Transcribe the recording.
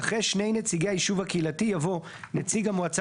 אחרי "שני נציגי היישוב הקהילתי" יבוא "נציג המועצה